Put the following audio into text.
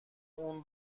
اون